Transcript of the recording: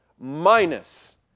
minus